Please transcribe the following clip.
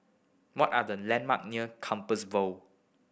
what are the landmarks near Compassvale Bow